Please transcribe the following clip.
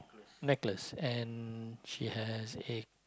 necklace and she has a